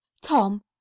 tom